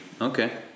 Okay